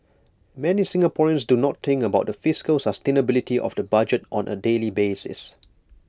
many Singaporeans do not think about the fiscal sustainability of the budget on A daily basis